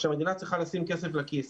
שהמדינה צריכה לשים כסף לכיס.